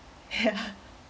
yeah